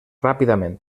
ràpidament